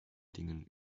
dingen